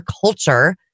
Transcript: culture